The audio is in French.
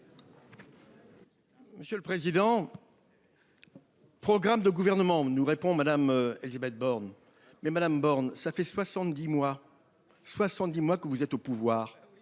Monsieur le président. Programme de gouvernement nous répond Madame Élisabeth Borne. Mais madame Borne. Ça fait 70 mois. 70 moi que vous êtes au pouvoir